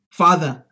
father